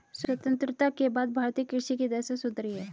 स्वतंत्रता के बाद भारतीय कृषि की दशा सुधरी है